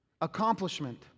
accomplishment